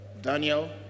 Daniel